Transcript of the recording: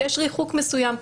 שיש ריחוק מסוים.